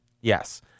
Yes